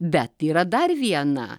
bet yra dar viena